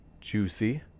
Juicy